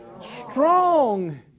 strong